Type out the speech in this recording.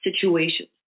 situations